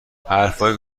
حرفهایی